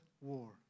war